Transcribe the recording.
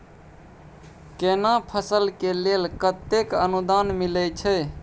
केना फसल के लेल केतेक अनुदान मिलै छै?